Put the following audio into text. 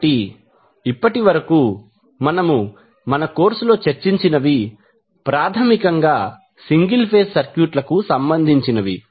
కాబట్టి ఇప్పటి వరకు మనము మన కోర్సులో చర్చించినవి ప్రాథమికంగా సింగిల్ ఫేజ్ సర్క్యూట్లకు సంబంధించినవి